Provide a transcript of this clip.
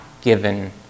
given